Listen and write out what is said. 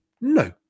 No